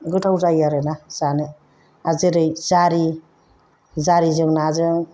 गोथाव जायो आरो ना जानो आरो जेरै जारि जारिजों नाजों